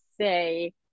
say